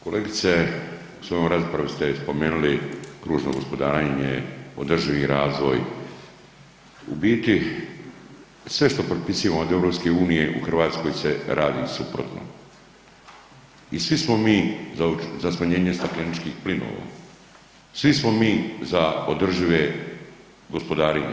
Kolegice u svojoj raspravi ste spomenuli kružno gospodarenje, održivi razvoj u biti sve što prepisivamo od EU u Hrvatskoj se radi suprotno i svi smo mi za smanjenje stakleničkih plinova, svi smo mi za održivo gospodarenje.